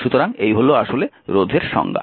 সুতরাং এই হল আসলে রোধের সংজ্ঞা